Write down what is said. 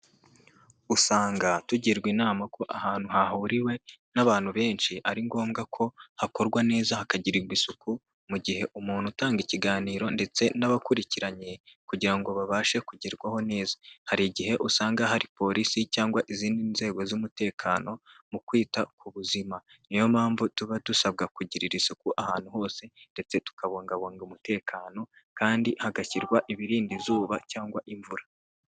Usanga tugirwa inama ko ahantu hahuriwe n'abantu benshi ari ngombwa ko hakorwa neza hakagirirwa isuku, mu gihe umuntu utanga ikiganiro ndetse n'abakurikiranye kugira ngo babashe kugerwaho neza, hari igihe usanga hari polisi cyangwa izindi nzego z'umutekano mu kwita ku buzima, niyo mpamvu tuba dusabwa kugirira isuku ahantu hose ndetse tukabungabunga umutekano kandi hagashyirwa ibirinda izuba cyangwa imvura.